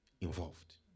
involved